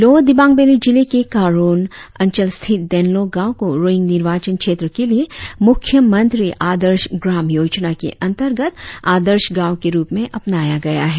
lower Dibang valley जिले के काँरोन अंचल स्थित देनलों गाँव को रोईंग निर्वाचन क्षेत्र के लिए मुख्य मंत्री आदर्श ग्राम योजना के अंतर्गत आदर्श गाँव के रुप में अपनाया गया है